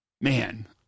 Man